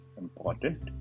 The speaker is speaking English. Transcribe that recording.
important